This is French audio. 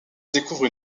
découvrent